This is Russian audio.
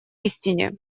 истине